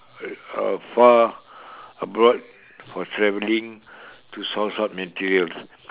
uh far abroad for traveling to source up materials